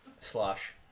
slash